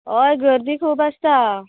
होय गर्दी खूब आसता